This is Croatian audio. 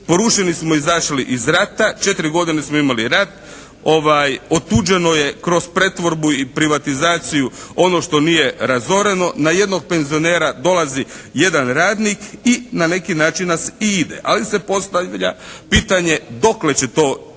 Porušeni smo izašli iz rata. 4 godine smo imali rat. Otuđeno je kroz pretvorbu i privatizaciju ono što nije razoreno. Na jednog penzionera dolazi 1 radnik i na neki način nas i ide. Ali se postavlja pitanje dokle će to ići